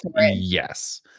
Yes